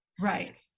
Right